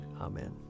Amen